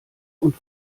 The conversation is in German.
und